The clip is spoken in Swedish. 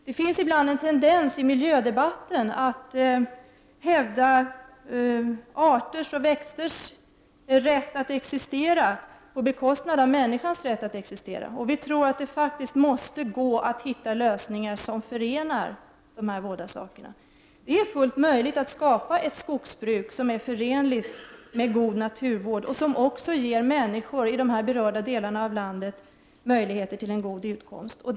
Det finns ibland en tendens i miljödebatten att hävda arters och växters rätt att existera på bekostnad av människans rätt att existera. Vi menar att det måste gå att finna lösningar som tillgodoser båda dessa behov. Det är fullt möjligt att skapa ett skogsbruk som är förenligt med god naturvård och som också ger människor i de berörda delarna av landet möjligheter till en god utkomst.